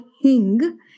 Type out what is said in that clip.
hing